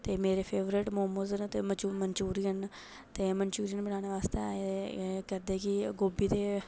ते मेरे फेवरेट मोमज न ते मनचूरियन ते मनचूरियन बनाने आस्तै गोभी ते गोभी